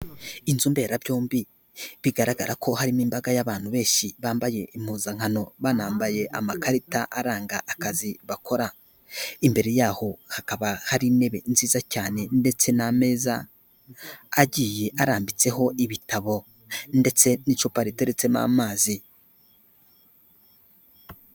Inzu mbera byombi bigaragara ko harimo imbaga y'abantu benshi; bambaye impuzankano, banambaye amakarita aranga akazi bakora, imbere yaho hakaba hari intebe nziza cyane ndetse n'ameza agiye arambitseho ibitabo ndetse n'icupa riteretsemo amazi.